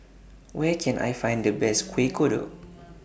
Where Can I Find The Best Kueh Kodok